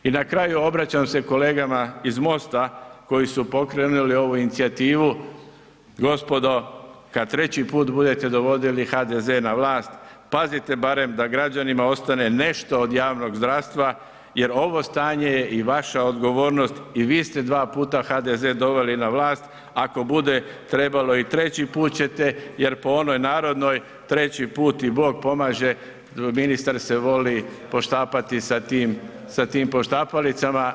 I na kraju obraćam se kolegama iz MOST-a koji su pokrenuli ovu inicijativu, gospodo kada treći put budete dovodili HDZ na vlast pazite barem da građanima ostane nešto od javnog zdravstva jer ovo stanje je i vaša odgovornost i vi ste dva puta HDZ doveli na vlast, ako bude trebalo i treći put ćete jer po onoj narodnoj, treći put i Bog pomaže, ministar se voli poštapati sa tim poštapalicama.